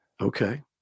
okay